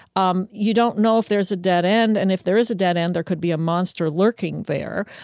um you don't know if there's a dead end and, if there is a dead end, there could be a monster lurking there,